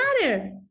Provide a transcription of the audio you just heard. matter